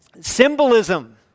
Symbolism